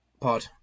pod